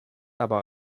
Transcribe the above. aber